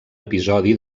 episodi